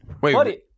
Wait